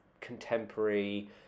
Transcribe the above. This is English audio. contemporary